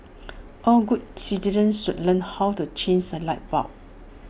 all good citizens should learn how to changes A light bulb